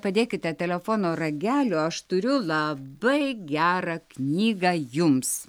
nepadėkite telefono ragelio aš turiu labai gerą knygą jums